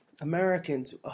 Americans